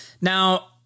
Now